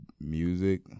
music